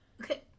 Okay